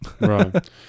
Right